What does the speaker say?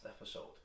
episode